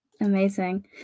Amazing